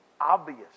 obvious